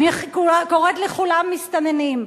קוראת לכולם מסתננים.